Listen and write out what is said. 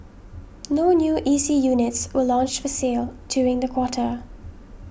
no new E C units were launched for sale during the quarter